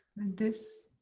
this.